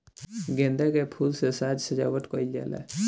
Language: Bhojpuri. गेंदा के फूल से साज सज्जावट कईल जाला